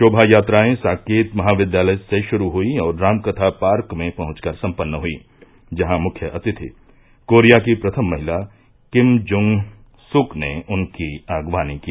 शोभा यात्राएं साकेत महाविद्यालय से श्रू हई और रामकथा पार्क में पहंचकर सम्पन्न हई जहां मुख्य अतिथि कोरिया की प्रथम महिला किम जुंग सूक ने उनकी अगवानी की